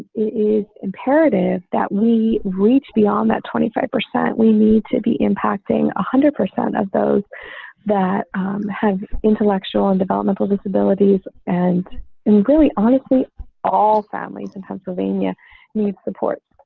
is imperative that we reach beyond that twenty five percent we need to be impacting one hundred percent of those that have intellectual and developmental disabilities and in really honestly all families in pennsylvania need support,